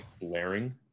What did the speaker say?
blaring